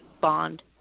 bond